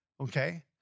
Okay